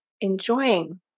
enjoying